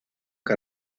que